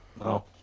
No